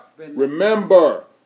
Remember